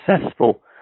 successful